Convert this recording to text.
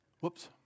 Whoops